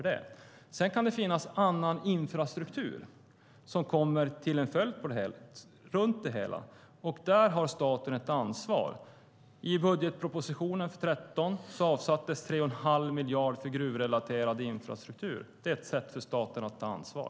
Det kan finnas annan infrastruktur som kommer som en följd av det hela. Där har staten ett ansvar. I budgetpropositionen för 2013 har avsatts 3 1⁄2 miljard för gruvrelaterad infrastruktur. Det är ett sätt för staten att ta ansvar.